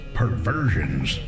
perversions